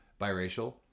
biracial